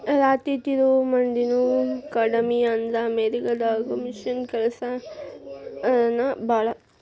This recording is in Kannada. ರಾಟಿ ತಿರುವು ಮಂದಿನು ಕಡಮಿ ಆದ್ರ ಅಮೇರಿಕಾ ದಾಗದು ಮಿಷನ್ ಕೆಲಸಾನ ಭಾಳ